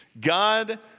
God